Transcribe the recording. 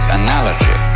analogy